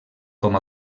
com